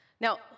Now